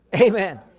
Amen